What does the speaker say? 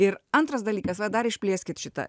ir antras dalykas va dar išplėskit šitą